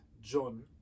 John